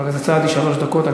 סעדי, שלוש דקות.